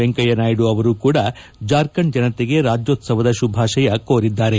ವೆಂಕಯ್ಯನಾಯ್ಡ ಅವರೂ ಕೂಡ ಜಾರ್ಖಂಡ್ ಜನತೆಗೆ ರಾಜ್ಯೋತ್ಸವದ ಶುಭಾಶಯ ಕೋರಿದ್ದಾರೆ